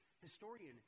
historian